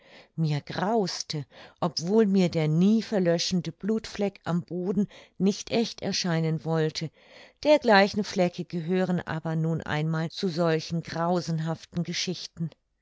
mir grauste obwohl mir der nie verlöschende blutfleck am boden nicht echt erscheinen wollte dergleichen flecke gehören aber nun einmal zu solchen grausenhaften geschichten